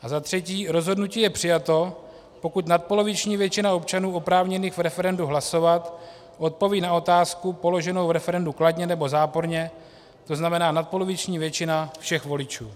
A za třetí: Rozhodnutí je přijato, pokud nadpoloviční většina občanů oprávněných v referendu hlasovat odpoví na otázku položenou v referendu kladně nebo záporně, tzn. nadpoloviční většina všech voličů.